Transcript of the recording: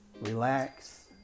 relax